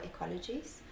ecologies